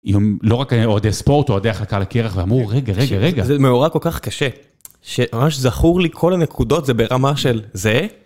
עם לא רק היה אוהדי ספורט, אוהדי החלקה לקרח, ואמרו, רגע, רגע, רגע. זה מאורע כל כך קשה. שממש זכור לי כל הנקודות זה ברמה של זה.